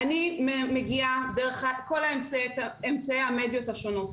אני מגיעה דרך כל אמצעי המדיות השונות.